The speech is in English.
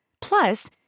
Plus